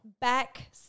back